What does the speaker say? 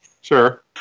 Sure